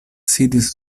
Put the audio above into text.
sidis